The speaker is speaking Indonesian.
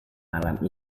malam